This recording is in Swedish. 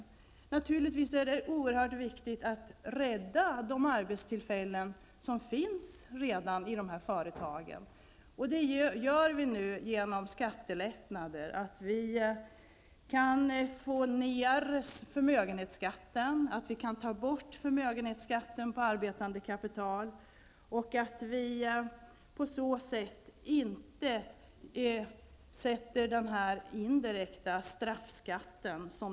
Det är naturligtvis oerhört viktigt att rädda de arbetstillfällen som redan finns i dessa företag, och det gör man genom skattelättnader. Förmögenhetsskatten kan nu sänkas och tas bort på arbetande kapital, och på så sätt undviker man den här indirekta straffskatten.